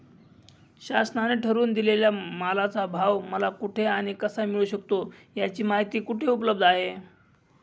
शासनाने ठरवून दिलेल्या मालाचा भाव मला कुठे आणि कसा मिळू शकतो? याची माहिती कुठे उपलब्ध आहे?